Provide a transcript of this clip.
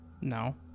No